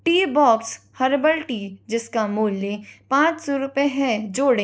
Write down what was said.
T box herbal tea जिसका मूल्य पाँच सौ रूपये है जोड़ें